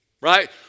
right